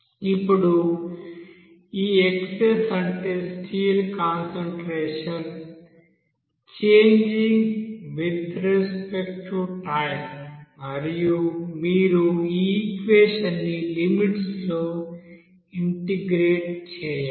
ఇప్పుడు ఈ xs అంటే steel concentration changing with respect to time మరియు మీరు ఈ ఈక్వెషన్ ని లిమిట్స్ లో ఇంటిగ్రేట్ చేయాలి